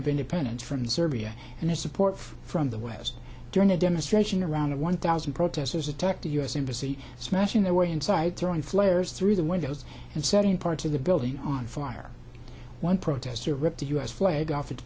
of independence from serbia and their support from the west during a demonstration around one thousand protesters attacked the u s embassy smashing their way inside throwing flares through the windows and setting parts of the building on fire one protester ripped the u s flag off